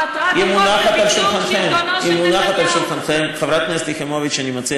שמטרת החוק זה ביצור שלטונו של נתניהו.